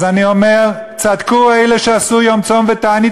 אז אני אומר: צדקו אלה שעשו יום צום ותענית